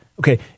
Okay